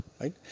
right